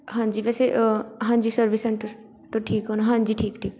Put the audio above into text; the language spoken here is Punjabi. ਹਾਂਜੀ ਵੈਸੇ ਹਾਂਜੀ ਸਰਵਿਸ ਸੈਂਟਰ ਤੋਂ ਠੀਕ ਹੋਣਾ ਹਾਂਜੀ ਠੀਕ ਠੀਕ